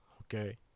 okay